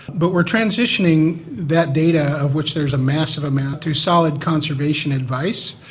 but we are transitioning that data, of which there is a massive amount, to solid conservation advice,